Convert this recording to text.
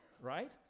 right